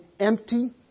Empty